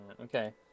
okay